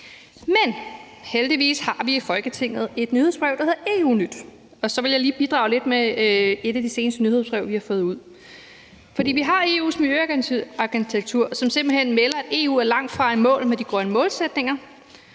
Men heldigvis har vi i Folketinget et nyhedsbrev, der hedder EU-nyt, og jeg vil lige bidrage lidt fra et af de seneste nyhedsbreve, vi har fået ud. Vi har EU's Miljøagentur, som simpelt hen melder, at EU langtfra er i mål med de grønne målsætninger.